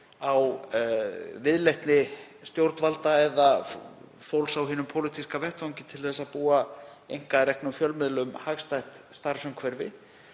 á viðleitni stjórnvalda eða fólks á hinum pólitíska vettvangi til að búa einkareknum fjölmiðlum hagstætt starfsumhverfi.